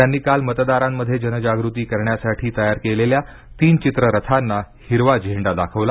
त्यांनी काल मतदारांमध्ये जनजागृती करण्यासाठी तयार केलेल्या तीन चित्ररथांना हिरवा झेंडा दाखवला